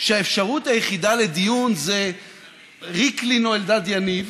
שהאפשרות היחידה לדיון זה ריקלין או אלדד יניב,